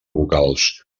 vocals